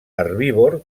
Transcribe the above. herbívor